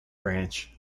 branch